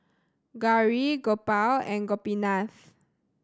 Gauri Gopal and Gopinath